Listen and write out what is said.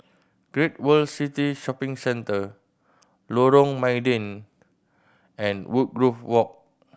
Great World City Shopping Centre Lorong Mydin and Woodgrove Walk